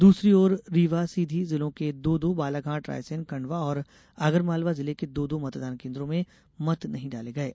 दूसरी और रीवा सीधी जिलों के दो दो बालाघाट रायसेन खंडवा और आगरमालवा जिले के दो दो मतदान केन्द्रों में मत नहीं डाले गये